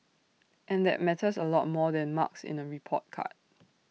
and that matters A lot more than marks in A report card